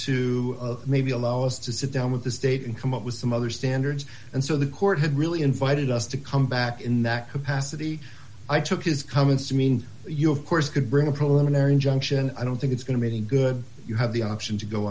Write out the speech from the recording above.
to maybe allow us to sit down with the state and come up with some other standards and so the court had really invited us to come back in that capacity i took his comments to mean you of course could bring a preliminary injunction i don't think it's going to meeting good you have the option to go